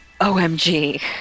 OMG